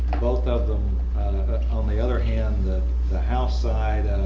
both of them on the other hand the the house side